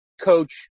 coach